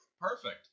Perfect